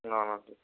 না আমাকে